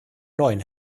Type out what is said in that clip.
neuen